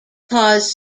caused